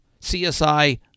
CSI